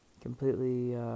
completely